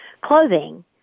clothing